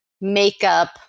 makeup